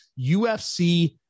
UFC